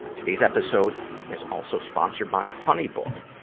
today's episode is also sponsored by honeybook.